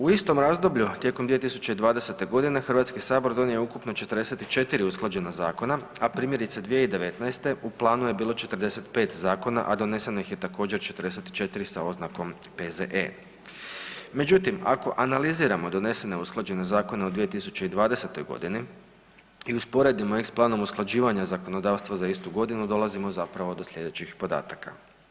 U istom razdoblju tijekom 2020. godine Hrvatski sabor donio je ukupno 44 usklađena zakona, a primjerice 2019. u planu je bilo 45 zakona, a doneseno ih je također 44 sa oznakom P.Z.E. Međutim, ako analiziramo donesene i usklađene zakone u 2020. godini i usporedimo ih s planom usklađivanja zakonodavstva za istu godinu dolazimo zapravo do slijedećih podataka.